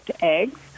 eggs